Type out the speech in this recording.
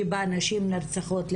שבה נשים נרצחות,